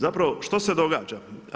Zapravo što se događa?